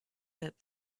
that